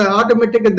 automatic